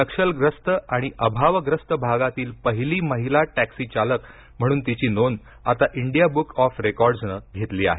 नक्षलग्रस्त आणि अभावग्रस्त भागातील पहिली महिला टॅक्सीचालक म्हणून तिची नोंद आता इंडिया बूक ऑफ रेकार्ड्सनं घेतली आहे